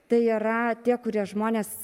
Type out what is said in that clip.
tai yra tie kurie žmonės